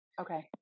Okay